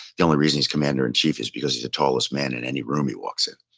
the only reason he's commander-in-chief is because he's the tallest man in any room he walks in.